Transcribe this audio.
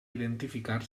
identificar